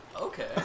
Okay